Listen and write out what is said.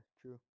true